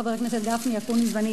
חברי הכנסת גפני ואקוניס ואני,